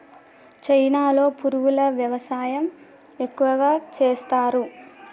చైనాలో పురుగుల వ్యవసాయం ఎక్కువగా చేస్తరు